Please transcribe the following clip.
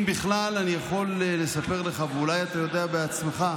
אם בכלל אני יכול לספר לך, ואולי אתה יודע בעצמך,